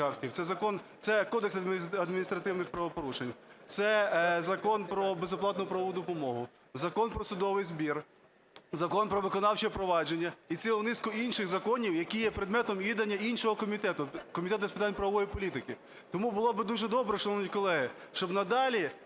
актів: це Кодекс адміністративних правопорушень, це Закон про безоплатну правову допомогу, Закон про судовий збір, Закон про виконавче провадження і цілу низку інших законів, які є предметом відання іншого комітету, Комітету з питань правової політики. Тому було б дуже добре, шановні колеги, щоб надалі,